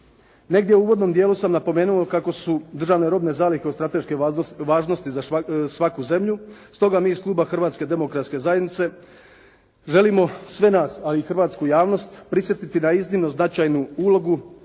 Negdje u uvodnom dijelu sam napomenuo kako su državne robne zalihe od strateške važnosti za svaku zemlju, stoga mi iz Kluba Hrvatske demokratske zajednice želimo sve nas, a i hrvatsku javnost, prisjetiti na iznimno značajnu ulogu